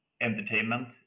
Entertainment